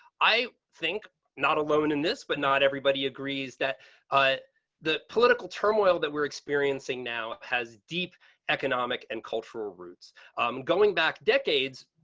think not alone in this. but not everybody agrees that ah the political turmoil that we're experiencing now has deep economic and cultural roots going back decades.